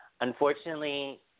Unfortunately